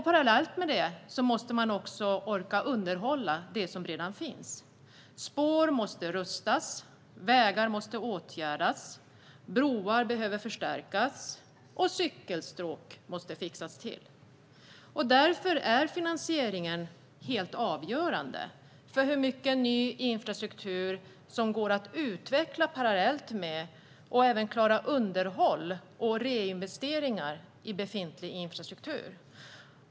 Parallellt med detta måste man orka underhålla det som redan finns. Spår måste rustas, vägar måste åtgärdas, broar behöver förstärkas och cykelstråk måste fixas till. Därför är finansieringen helt avgörande för hur mycket ny infrastruktur som går att utveckla parallellt med att klara underhåll och reinvesteringar i befintlig infrastruktur.